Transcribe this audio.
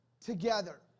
together